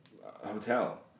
hotel